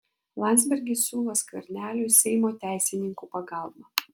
landsbergis siūlo skverneliui seimo teisininkų pagalbą